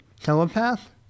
telepath